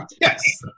Yes